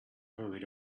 hurried